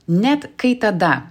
net kai tada